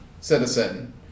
citizen